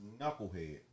knucklehead